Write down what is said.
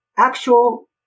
Actual